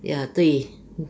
ya 对